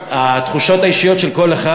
התחושות האישיות של כל אחד,